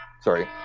Sorry